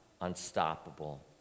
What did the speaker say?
unstoppable